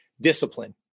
discipline